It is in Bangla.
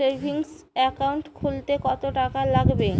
সেভিংস একাউন্ট খুলতে কতটাকা লাগবে?